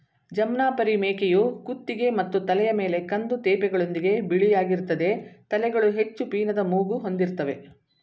ಜಮ್ನಾಪರಿ ಮೇಕೆಯು ಕುತ್ತಿಗೆ ಮತ್ತು ತಲೆಯ ಮೇಲೆ ಕಂದು ತೇಪೆಗಳೊಂದಿಗೆ ಬಿಳಿಯಾಗಿರ್ತದೆ ತಲೆಗಳು ಹೆಚ್ಚು ಪೀನದ ಮೂಗು ಹೊಂದಿರ್ತವೆ